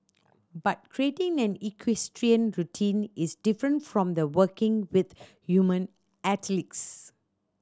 but creating an equestrian routine is different from working with human athletes